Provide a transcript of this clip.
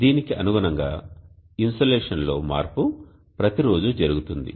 దీనికి అనుగుణంగా ఇన్సోలేషన్ లో మార్పు ప్రతి రోజు జరుగుతుంది